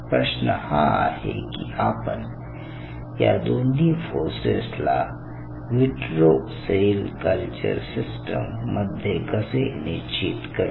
प्रश्न हा आहे की आपण या दोन्ही फोर्सेस ला व्हिट्रो सेल कल्चर सिस्टम मध्ये कसे निश्चित करू